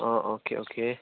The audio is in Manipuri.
ꯑꯣ ꯑꯣꯀꯦ ꯑꯣꯀꯦ